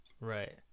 Right